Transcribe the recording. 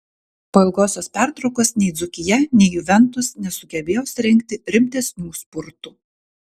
po ilgosios pertraukos nei dzūkija nei juventus nesugebėjo surengti rimtesnių spurtų